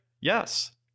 Yes